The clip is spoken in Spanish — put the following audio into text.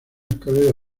escalera